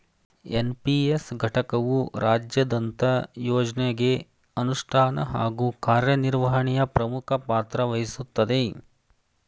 NPS ಘಟಕವು ರಾಜ್ಯದಂತ ಯೋಜ್ನಗೆ ಅನುಷ್ಠಾನ ಹಾಗೂ ಕಾರ್ಯನಿರ್ವಹಣೆಯ ಪ್ರಮುಖ ಪಾತ್ರವಹಿಸುತ್ತದೆ